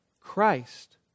Christ